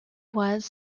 was